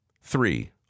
Three